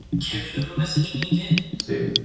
if you ever message me again. see,